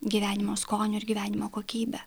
gyvenimo skoniu ir gyvenimo kokybe